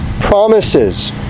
promises